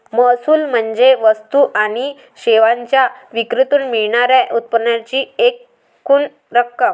महसूल म्हणजे वस्तू आणि सेवांच्या विक्रीतून मिळणार्या उत्पन्नाची एकूण रक्कम